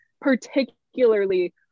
particularly